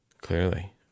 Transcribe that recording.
Clearly